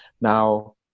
Now